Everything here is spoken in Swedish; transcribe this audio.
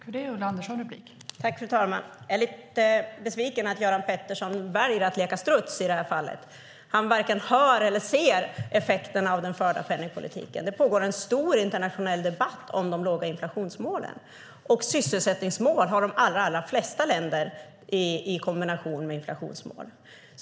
Fru talman! Jag är lite besviken över att Göran Pettersson väljer att leka struts i det här fallet. Han varken hör eller ser effekterna av den förda penningpolitiken. Det pågår en stor internationell debatt om de låga inflationsmålen. Sysselsättningsmål har de allra flesta länder i kombination med inflationsmål.